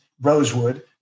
Rosewood